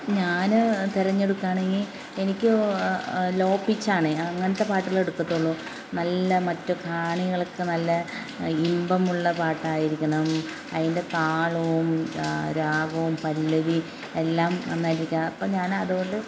ഞാൻ തിരഞ്ഞെടുക്കുകയാണെങ്കിൽ എനിക്ക് ലോ പിച്ചാണെങ്കിൽ അങ്ങനത്തെ പാട്ടുകളെ എടുക്കത്തുള്ളു നല്ല മറ്റു കാണികൾക്ക് നല്ല ഇമ്പമുള്ള പാട്ടായിരിക്കണം അതിൻ്റെ താളവും രാഗവും പല്ലവി എല്ലാം നന്നായിരിക്കുക അപ്പം ഞാനതുകൊണ്ട്